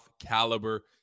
caliber